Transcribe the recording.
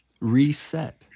reset